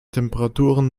temperaturen